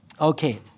Okay